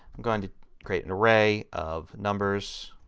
i'm going to create an array of numbers